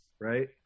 Right